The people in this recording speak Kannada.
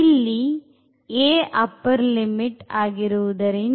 ಇಲ್ಲಿ a upper limit ಆಗಿರುವುದರಿಂದ